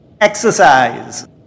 Exercise